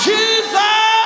Jesus